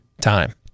time